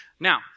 Now